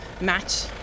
match